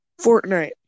Fortnite